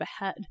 ahead